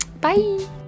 bye